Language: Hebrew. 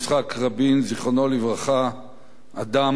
זיכרונו לברכה: אדם, לוחם,